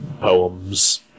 Poems